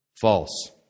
False